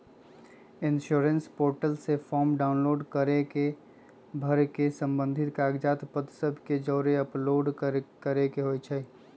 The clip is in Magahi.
इंश्योरेंस पोर्टल से फॉर्म डाउनलोड कऽ के भर के संबंधित कागज पत्र सभ के जौरे अपलोड करेके होइ छइ